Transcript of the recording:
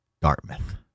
Dartmouth